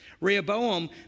Rehoboam